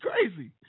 crazy